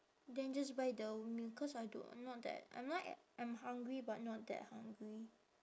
then just buy the meal cause I don't I'm not that I'm not yet I'm hungry but not that hungry